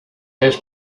has